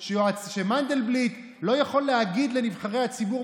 ומינויה יובא לאישור הממשלה בימים הקרובים.